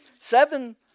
seven